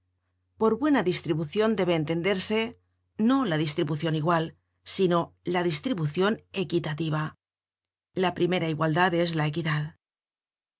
por buena distribucion debe entenderse no la distribucion igual sino la distribucion equitativa la primera igualdad es la equidad